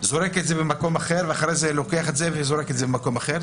זורק את זה במקום אחד ואחר כך לוקח וזורק במקום אחר.